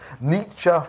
Nietzsche